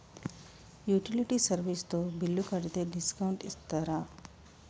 Utility service తో bill కడితే discount ఇస్తరా?